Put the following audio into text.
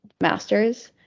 master's